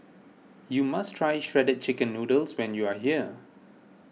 you must try Shredded Chicken Noodles when you are here